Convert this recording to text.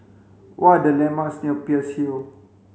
what the landmarks near Peirce Hill